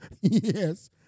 Yes